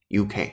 UK